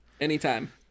Anytime